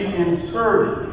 inserted